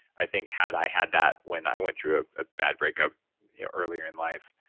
i think had i had that when i went through a ah bad breakup earlier in life,